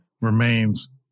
remains